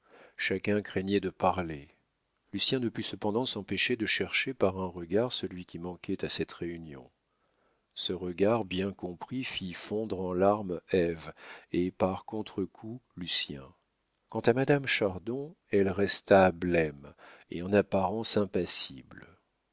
chacun craignait de parler lucien ne put cependant s'empêcher de chercher par un regard celui qui manquait à cette réunion ce regard bien compris fit fondre en larmes ève et par contre-coup lucien quant à madame chardon elle resta blême et en apparence impassible